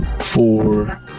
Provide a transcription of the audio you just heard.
four